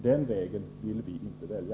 Den vägen vill vi inte välja.